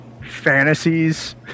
fantasies